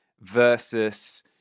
versus